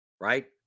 right